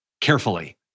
carefully